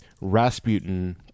rasputin